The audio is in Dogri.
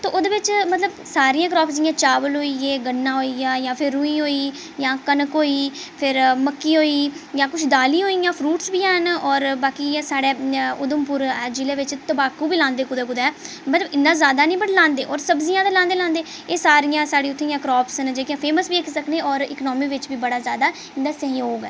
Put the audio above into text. ते ओह्दे बिच मतलब सारियां क्रॉप्स जि'यां चावल होइये गन्ना होइया जां फिर रूई होई जां कनक होई फिर मक्की होई जां कुछ दालीं होइयां फ्रूट्स बी हैन होर बाकी इ'यै साढ़े उधमपुर जिले बिच तम्बाकू बी लांदे कुदै कुदै मतलब इ'न्ना जादा निं वट् लांदे होर सब्जियां ते लांदे गै लांदे एह् सारियां साढ़ियां उ'त्थें दियां क्रॉप्स न जेह्कियां फेमस बी आखी सकने आं होर इकोनॉमी बिच बी बड़ा जादा इं'दा सैह्जोग ऐ